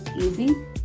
easy